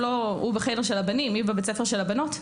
הוא בחדר של הבנים, היא בבית ספר של הבנות.